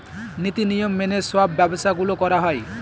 নীতি নিয়ম মেনে সব ব্যবসা গুলো করা হয়